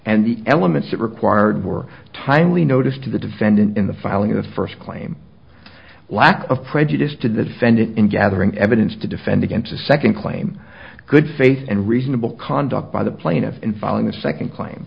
and the elements it required were timely notice to the defendant in the filing of the first claim lack of prejudice to the defendant in gathering evidence to defend against a second claim good faith and reasonable conduct by the plaintiff in following the second claim